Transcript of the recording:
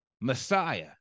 Messiah